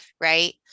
Right